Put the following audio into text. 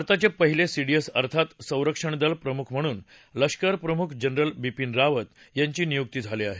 भारताचे पहिले सीडीएस अर्थात संरक्षण दल प्रमुख म्हणून लष्कर प्रमुख जनरल बिपीन रावत यांची नियुक्ती झाली आहे